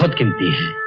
but can be